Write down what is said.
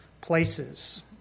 places